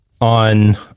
on